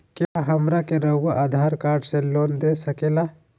क्या हमरा के रहुआ आधार कार्ड से लोन दे सकेला?